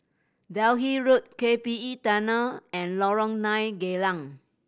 Delhi Road K P E Tunnel and Lorong Nine Geylang